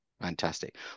fantastic